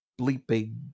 bleeping